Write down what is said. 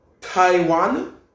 Taiwan